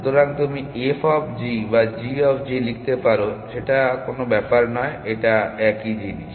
সুতরাং তুমি f of g বা g অফ g লিখতে পারো সেটা কোনো ব্যাপার নয় এটা একই জিনিস